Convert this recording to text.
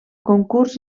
concurs